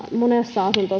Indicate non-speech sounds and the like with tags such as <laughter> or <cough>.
monessa asunto <unintelligible>